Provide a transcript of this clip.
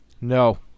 No